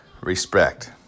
respect